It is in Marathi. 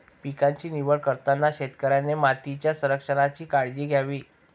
पिकांची निवड करताना शेतकऱ्याने मातीच्या संरक्षणाची काळजी घ्यावी